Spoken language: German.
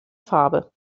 farbe